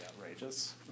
outrageous